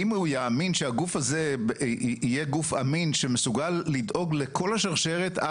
אם הוא יאמין שהגוף הזה יהיה גוף אמין שמסוגל לדאוג לכל השרשרת,